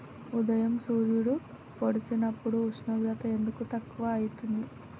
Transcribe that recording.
ఉదయం సూర్యుడు పొడిసినప్పుడు ఉష్ణోగ్రత ఎందుకు తక్కువ ఐతుంది?